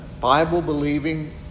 Bible-believing